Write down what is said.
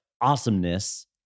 awesomeness